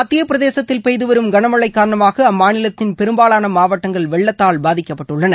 மத்திய பிரதேசத்தில் பெய்து பவரும் கனமழை காரணமாக அம்மாநிலத்தின் பெரும்பாவான மாவட்டங்கள் வெள்ளத்தால் பாதிக்கப்பட்டுள்ளன